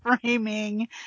framing